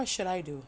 what should I do